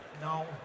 No